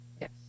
Yes